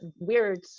weird